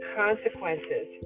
consequences